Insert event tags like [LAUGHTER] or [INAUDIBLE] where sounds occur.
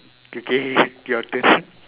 ~kay ~kay your turn [LAUGHS]